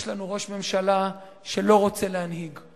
יש לנו ראש ממשלה שלא רוצה להנהיג,